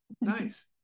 nice